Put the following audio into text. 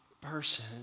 person